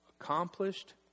accomplished